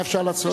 מה אפשר לעשות?